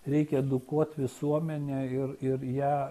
reikia edukuot visuomenę ir ir ją